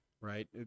right